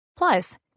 Plus